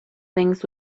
things